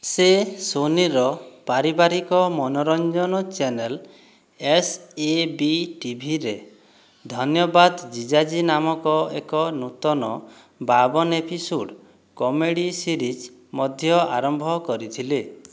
ସେ ସୋନିର ପାରିବାରିକ ମନୋରଞ୍ଜନ ଚ୍ୟାନେଲ୍ ଏସ୍ ଏ ବି ଟିଭିରେ ଧନ୍ୟବାଦ ଜିଜାଜୀ ନାମକ ଏକ ନୂତନ ବାବନ୍ ଏପିସୋଡ଼୍ କମେଡ଼ି ସିରିଜ୍ ମଧ୍ୟ ଆରମ୍ଭ କରିଥିଲେ